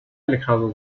alejado